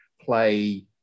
play